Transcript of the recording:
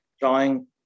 Drawing